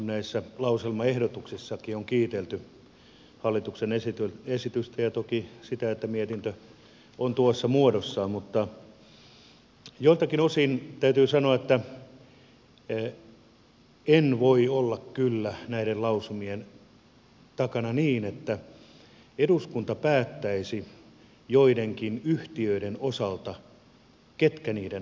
näissä lauselmaehdotuksissakin on kiitelty hallituksen esitystä ja toki sitä että mietintö on tuossa muodossaan mutta joiltakin osin täytyy sanoa että en voi olla kyllä näiden lausumien takana niin että eduskunta päättäisi joidenkin yhtiöiden osalta ketkä niiden hallituksessa istuvat